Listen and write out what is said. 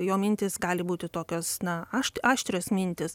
jo mintys gali būti tokios na aš aštrios mintys